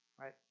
right